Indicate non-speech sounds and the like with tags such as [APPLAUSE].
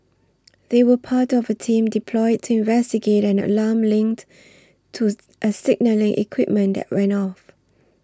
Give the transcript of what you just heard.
they were part of a team deployed to investigate an alarm linked to [NOISE] a signalling equipment that went off